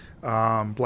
Black